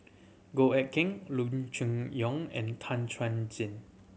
Goh Eck Kheng Loo Choon Yong and Tan Chuan Jin